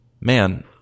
man